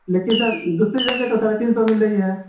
لیکن سر دوسری جگہ تو ساڑھے تین سو مل رہی ہے